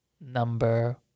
number